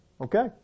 okay